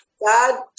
God